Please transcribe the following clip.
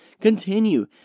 Continue